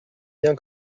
bien